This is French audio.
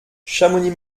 chamonix